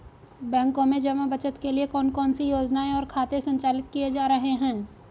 बैंकों में जमा बचत के लिए कौन कौन सी योजनाएं और खाते संचालित किए जा रहे हैं?